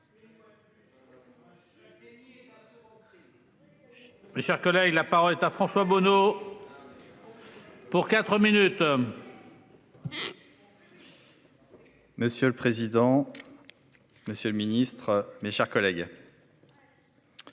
Monsieur le président. Monsieur le Ministre, mes chers collègues.